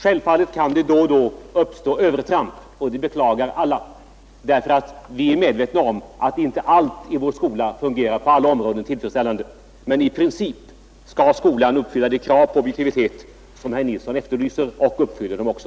Självfallet kan det då och då göras övertramp, och det beklagar vi alla. Vi är medvetna om att inte allt i vår skola fungerar tillfredsställande på alla områden. Men i princip skall skolan uppfylla de krav på objektivitet som herr Nilsson efterlyser, och den uppfyller dem också.